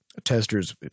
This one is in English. Testers